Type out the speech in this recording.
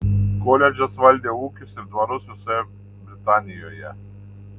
koledžas valdė ūkius ir dvarus visoje britanijoje